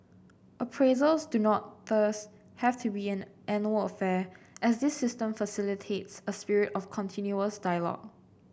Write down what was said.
appraisals do not thus have to be an annual affair as this system facilitates a spirit of continuous dialogue